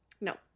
no